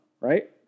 right